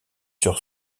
sur